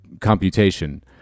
computation